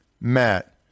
Matt